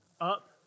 up